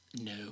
No